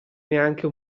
neanche